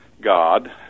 god